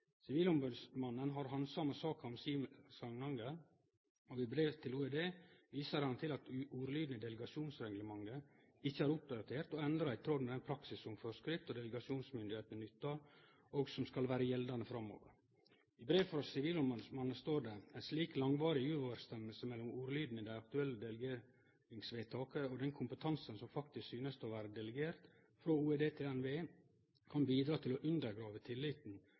har handsama saka om Sima–Samnanger, og i brev til OED viser han til at ordlyden i delegasjonsreglementet ikkje er oppdatert og endra i tråd med den praksis som forskrifts- og delegasjonsmyndigheitene nyttar, og som skal vere gjeldande framover. I brevet frå sivilombodsmannen står det: «En slik langvarig uoverenstemmelse mellom ordlyden i de aktuelle delegeringsvedtakene og den kompetanse som faktisk synes å være delegert fra Olje- og energidepartementet til NVE, kan bidra til å undergrave tilliten